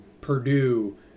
Purdue